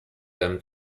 them